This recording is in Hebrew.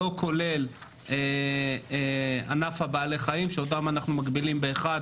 לא כולל ענף בעלי החיים שאותם אנחנו מגבילים באחד,